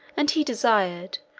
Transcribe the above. and he desired,